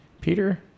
Peter